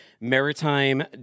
maritime